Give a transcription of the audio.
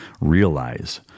Realize